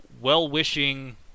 well-wishing